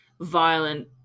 violent